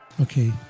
Okay